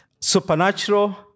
supernatural